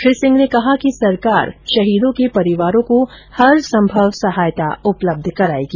श्री सिंह ने कहा कि सरकार शहीदों के परिवारों को हर संभव सहायता उपलब्ध कराएगी